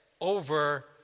over